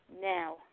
now